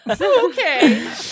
okay